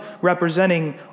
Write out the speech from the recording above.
representing